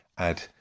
Add